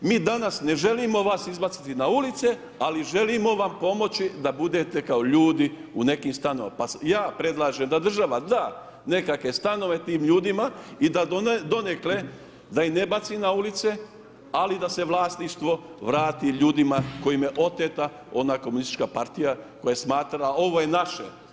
Mi danas ne želimo vas izbaciti na ulice, ali želimo vam pomoći da budete kao ljudi u nekim stanovima, pa ja predlažem da država da nekakve stanove tim ljudima i da donekle da ih ne baci na ulice, ali da se vlasništvo vrati ljudima kojima je oteta ona komunistička partija koja smatra ovo je naše.